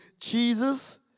Jesus